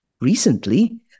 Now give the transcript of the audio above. Recently